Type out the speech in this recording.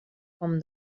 com